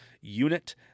unit